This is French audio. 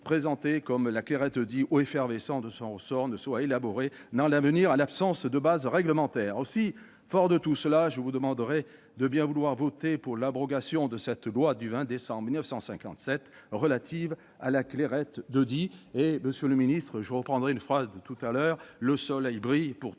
comme de la « Clairette de Die » ou effervescent de son ressort ne soit élaboré à l'avenir en l'absence de bases réglementaires. Fort de tout cela, je vous demanderai de bien vouloir voter pour l'abrogation de cette loi du 20 décembre 1957 relative à la Clairette Die.